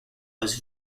was